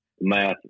math